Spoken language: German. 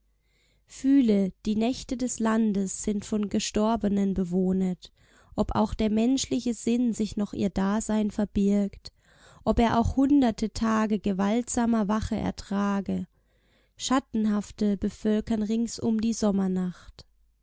fühle die nächte des landes sind von gestorbenen bewohnet ob auch der menschliche sinn sich noch ihr dasein verbirgt ob er auch hunderte tage gewaltsamer wache ertrage schattenhafte bevölkern ringsum die sommernacht